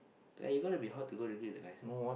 like you gotta be hot to go drinking with the guys